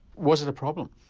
was it a problem?